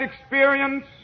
experience